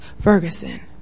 Ferguson